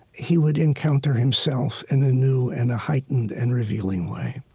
he would encounter himself in a new and a heightened and revealing way